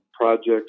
projects